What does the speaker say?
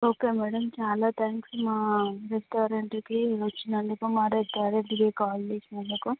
okay madam చాలా thanks మా restaurant వచ్చినందుకు మా రెస్టారెంట్కి కాల్ చేసినందుకు